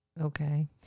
Okay